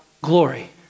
glory